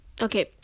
Okay